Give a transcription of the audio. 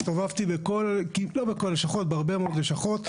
הסתובבתי בהרבה מאוד לשכות.